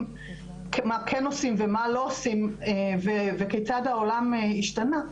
מה כן ומה לא עושים וכיצד העולם השתנה,